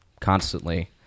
constantly